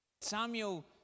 Samuel